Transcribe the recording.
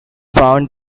found